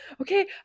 okay